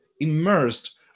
immersed